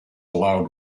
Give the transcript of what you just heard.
allowed